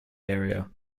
area